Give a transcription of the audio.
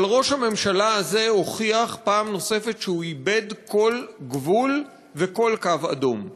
אבל ראש הממשלה הזה הוכיח פעם נוספת שהוא איבד כל גבול וכל קו אדום.